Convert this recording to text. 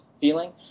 feeling